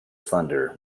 thunder